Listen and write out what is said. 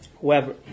whoever